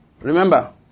Remember